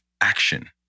Action